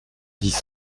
dix